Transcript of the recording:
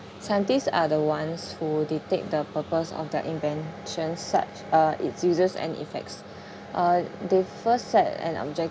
scientists are the ones who they take the purpose of their inventions such uh its uses and effects uh they first set an objective